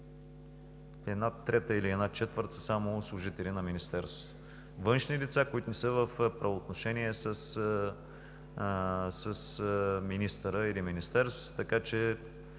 една трета или една четвърт само са служители на Министерството – са външни лица, които не са в правоотношение с министъра или Министерството, така че